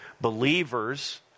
believers